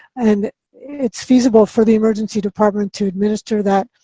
and it's feasible for the emergency department to administer that,